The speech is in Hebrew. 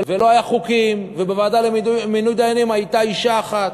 ולא היו חוקים ובוועדה למינוי דיינים הייתה אישה אחת.